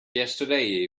yesterday